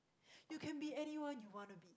you can be anyone you wanna be